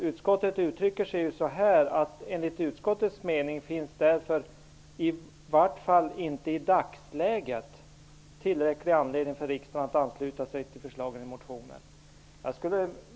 Utskottet säger: "Enligt utskottets mening finns därför i vart fall inte i dagsläget tillräcklig anledning för riksdagen att ansluta sig till förslagen i motionen."